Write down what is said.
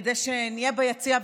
כדי שנהיה ביציע,